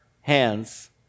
hands